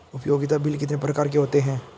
उपयोगिता बिल कितने प्रकार के होते हैं?